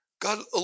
God